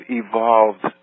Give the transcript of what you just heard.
evolved